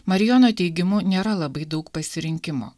marijono teigimu nėra labai daug pasirinkimo